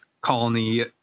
colony